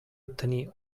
obtenir